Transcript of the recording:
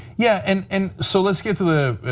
yeah and and so let's get to the